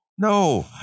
No